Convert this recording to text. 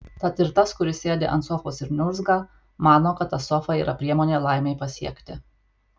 tad ir tas kuris sėdi ant sofos ir niurzga mano kad ta sofa yra priemonė laimei pasiekti